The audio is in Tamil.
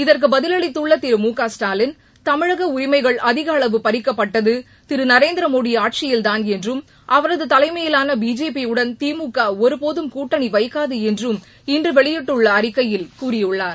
இதற்கு பதிலளித்துள்ள திரு மு க ஸ்டாலின் தமிழக உரிமைகள் அதிக அளவு பறிக்கப்பட்டது திரு நரேந்திரமோடி ஆட்சியில்தான் என்றும் அவரது தலைமையிலான பிஜேபி யுடன் திமுக ஒருபோதும் கூட்டணி வைக்காது என்று இன்று வெளியிட்டுள்ள அறிக்கையில் கூறியுள்ளார்